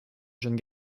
jeune